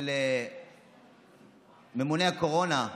של ממונה הקורונה,